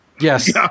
Yes